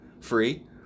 free